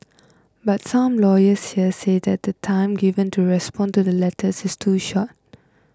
but some lawyers here say that the time given to respond to the letters is too short